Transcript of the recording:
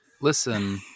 Listen